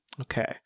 Okay